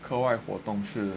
课外活动是